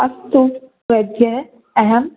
अस्तु वैध्य अहं